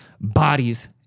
bodies